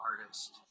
artist